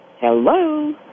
Hello